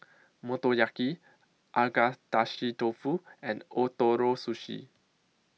Motoyaki Agedashi Dofu and Ootoro Sushi